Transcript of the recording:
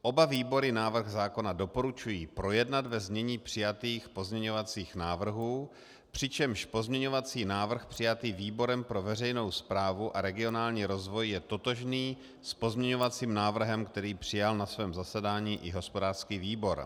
Oba výbory návrh zákona doporučují projednat ve znění přijatých pozměňovacích návrhů, přičemž pozměňovací návrh přijatý výborem pro veřejnou správu a regionální rozvoj je totožný s pozměňovacím návrhem, který přijal na svém zasedání i hospodářský výbor.